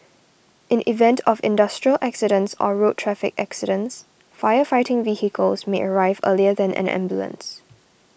in event of industrial accidents or road traffic accidents fire fighting vehicles may arrive earlier than an ambulance